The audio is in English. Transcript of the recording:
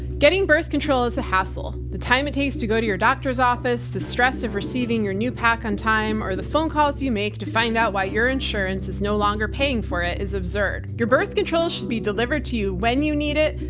getting birth control is a hassle. the time it takes to go to your doctor's office, the stress of receiving your new pack on time or the phone calls you make to find out why your insurance is no longer paying for it is absurd. your birth control should be delivered to you when you need it,